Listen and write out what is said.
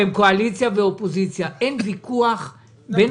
אנחנו דיברנו על